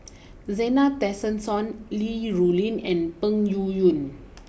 Zena Tessensohn Li Rulin and Peng Yuyun